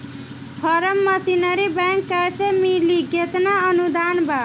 Form machinery bank कैसे मिली कितना अनुदान बा?